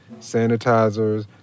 sanitizers